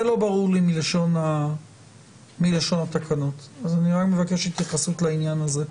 זה לא ברור לי מלשון התקנות אז אני מבקש התייחסות לעניין הזה.